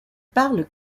parle